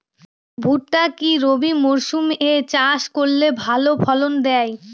ভুট্টা কি রবি মরসুম এ চাষ করলে ভালো ফলন দেয়?